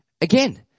Again